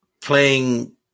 Playing